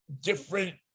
different